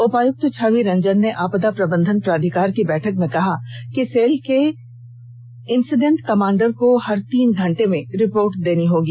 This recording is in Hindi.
उपायुक्त छवि रंजन ने आपदा प्रबंधन प्राधिकार की बैठक में कहा कि सेल के इंसीडेंट कमांडर को हर तीन घंटे में रिपोर्ट देनी होगी